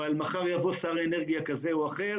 אבל מחר יבוא שר אנרגיה כזה או אחר